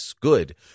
good